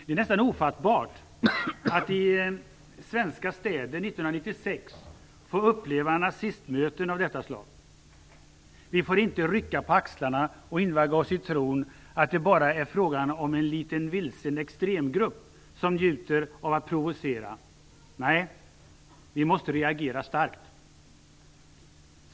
Det är nästan ofattbart att vi i svenska städer år 1996 får uppleva nazistmöten av detta slag. Vi får inte rycka på axlarna och invagga oss i tron att det bara är fråga om en liten, vilsen extremgrupp som njuter av att provocera. Nej - vi måste reagera starkt.